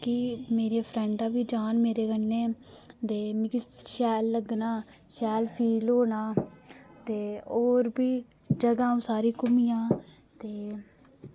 कि मेरे फ्रैंडां बी जाह्न मेरे कन्नै ते मिकी शैल लग्गना शैल फील होना ते होर बी जगहं अ'ऊं सारी घुम्मी आं ते